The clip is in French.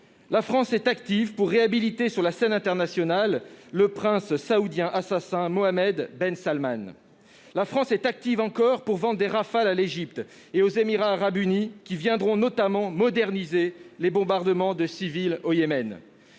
la France s'active pour réhabiliter sur la scène internationale le prince saoudien assassin Mohammed Ben Salman ; pour vendre des Rafales à l'Égypte et aux Émirats arabes unis, qui serviront notamment à moderniser les bombardements de civils au Yémen.